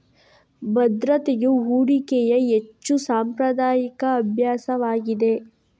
ಭದ್ರತೆಯು ಹೂಡಿಕೆಯ ಹೆಚ್ಚು ಸಾಂಪ್ರದಾಯಿಕ ಅಭ್ಯಾಸವಾಗಿದೆ